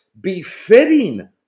befitting